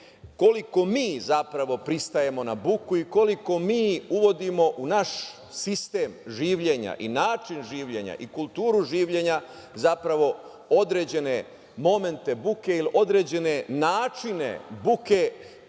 koliko mi zapravo pristajemo na buku i koliko mi uvodimo u naš sistem življenja i način življenja i kulturu življenja, zapravo određene momente buke ili određene načine buke